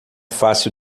fácil